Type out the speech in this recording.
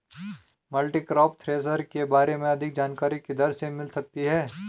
Multicrop thresher के बारे में अधिक जानकारी किधर से मिल सकती है?